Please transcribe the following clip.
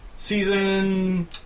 Season